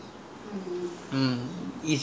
and the beauty world bus stop